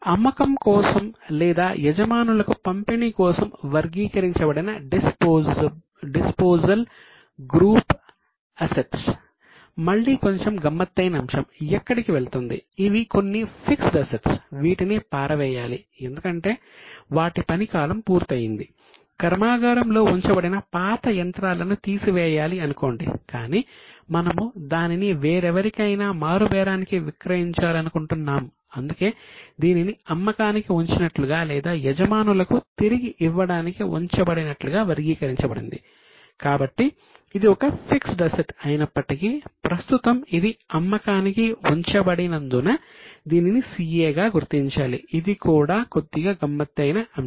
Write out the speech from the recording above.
అమ్మకం కోసం లేదా యజమానులకు పంపిణీ కోసం వర్గీకరించబడిన డిస్పోజల్ గ్రూప్ అసెట్స్ అయినప్పటికీ ప్రస్తుతం ఇది అమ్మకానికి ఉంచబడినందున దీనిని CA గా గుర్తించాలి ఇది కూడా కొద్దిగా గమ్మత్తైన అంశం